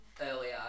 earlier